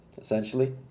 essentially